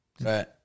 Right